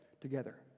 together